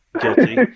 guilty